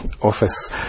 office